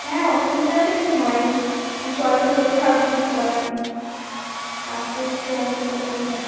হ্যাঁ অসুবিধা তো একটু হয়ই কিন্তু চলাচল তো করতে হবে কিছু করার নেই রাস্তায় চলাচল করতেই হবে